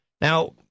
Now